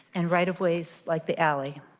and right of ways like the alley.